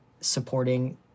supporting